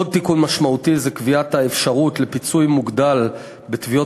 עוד תיקון משמעותי הוא קביעת האפשרות לפיצוי מוגדל בתביעות